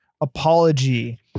apology